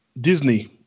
Disney